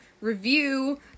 review